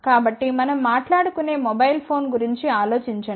కాబట్టి మనం మాట్లాడుకునే మొబైల్ ఫోన్ గురించి ఆలోచించండి